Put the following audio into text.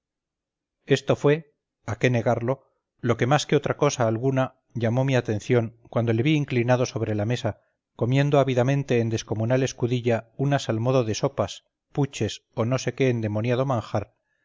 esto fue a qué negarlo lo que más que otra cosa alguna llamó mi atención cuando le vi inclinado sobre la mesa comiendo ávidamente en descomunal escudilla unas al modo de sopas puches o no sé qué endemoniado manjar